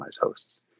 hosts